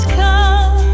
come